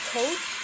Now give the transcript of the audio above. Coach